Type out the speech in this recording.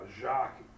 Jacques